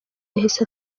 yahise